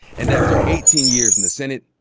and after eighteen years in the senate,